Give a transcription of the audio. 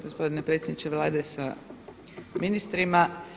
Gospodine predsjedniče Vlade sa ministrima.